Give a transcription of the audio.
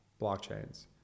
blockchains